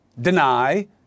deny